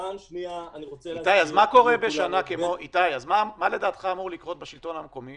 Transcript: איתי, אז מה לדעתך אמור לקרות בשלטון המקומי